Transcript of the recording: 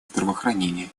здравоохранение